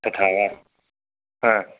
तथा वा